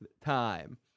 time